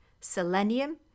selenium